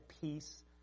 peace